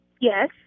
Yes